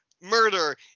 murder